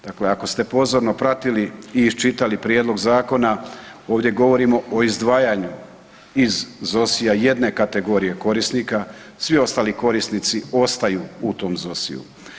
Dakle, ako ste pozorno pratili i iščitali prijedlog zakona, ovdje govorimo o izdvajanju iz ZOSI-ja jedne kategorije korisnika, svi ostali korisnici ostaju u tom ZOSI-ju.